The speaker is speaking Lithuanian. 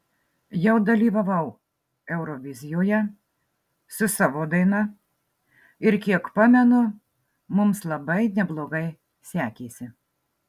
jau dalyvavau eurovizijoje su savo daina ir kiek pamenu mums labai neblogai sekėsi